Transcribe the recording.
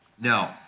No